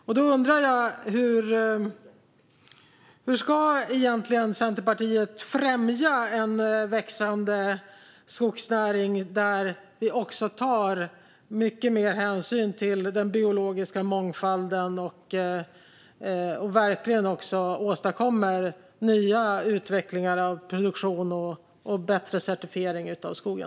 Jag undrar: Hur ska egentligen Centerpartiet främja en växande skogsnäring där vi tar mycket mer hänsyn till den biologiska mångfalden och verkligen också åstadkommer nya utvecklingar av produktion och bättre certifiering av skogen?